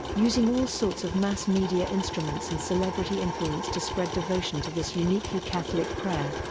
using all sorts of mass media instruments and celebrity influence to spread devotion to this uniquely catholic prayer.